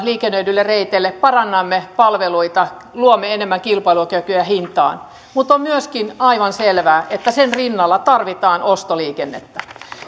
liikennöidyille reiteille parannamme palveluita luomme enemmän kilpailukykyä hintaan mutta on myöskin aivan selvää että sen rinnalla tarvitaan ostoliikennettä